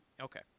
Okay